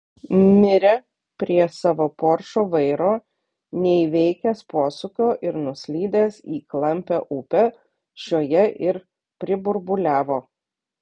mirė prie savo poršo vairo neįveikęs posūkio ir nuslydęs į klampią upę šioje ir priburbuliavo